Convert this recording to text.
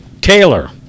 Taylor